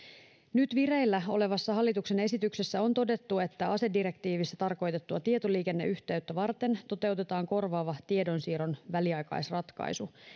nyt vireillä olevassa hallituksen esityksessä on todettu että asedirektiivissä tarkoitettua tietoliikenneyhteyttä varten toteutetaan korvaava tiedonsiirron väliaikaisratkaisu